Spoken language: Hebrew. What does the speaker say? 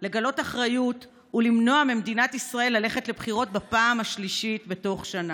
לגלות אחריות ולמנוע ממדינת ישראל ללכת לבחירות בפעם השלישית בתוך שנה.